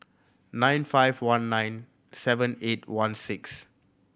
nine five one nine seven eight one six